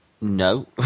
No